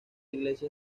iglesia